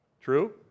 True